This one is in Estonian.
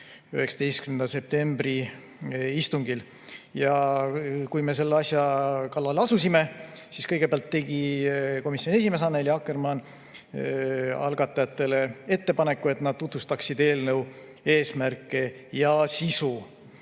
19. septembri istungil. Kui me selle asja kallale asusime, siis tegi kõigepealt komisjoni esimees Annely Akkermann algatajatele ettepaneku, et nad tutvustaksid eelnõu eesmärke ja sisu,